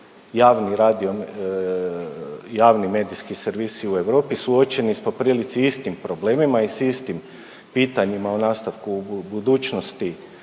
javni medijski servisi u Europi suočeni s po prilici istim problemima i s istim pitanjima o nastavku budućnosti